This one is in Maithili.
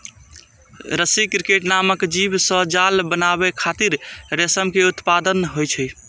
रसी क्रिकेट नामक जीव सं जाल बनाबै खातिर रेशम के उत्पादन होइ छै